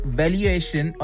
valuation